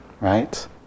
right